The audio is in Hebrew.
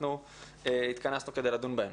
אנחנו התכנסנו כדי לדון בהן.